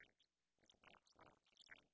right right